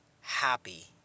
happy